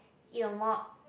you know more